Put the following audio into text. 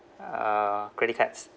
uh credit cards